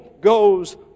goes